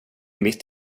mitt